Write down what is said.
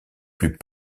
plus